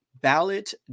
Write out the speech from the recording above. ballot